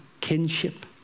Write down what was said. kinship